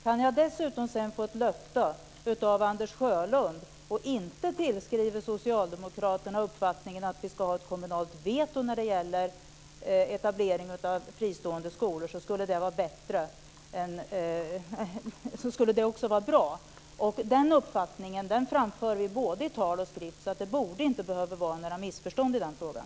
Kan jag dessutom sedan få ett löfte av Anders Sjölund att inte tillskriva Socialdemokraterna uppfattningen att vi ska ha ett kommunalt veto när det gäller etablering av fristående skolor skulle det också vara bra. Den uppfattningen framför vi både i tal och skrift. Det borde inte behöva vara några missförstånd i den frågan.